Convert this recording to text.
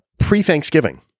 pre-thanksgiving